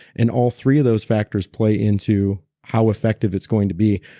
and all three of those factors play into how effective it's going to be.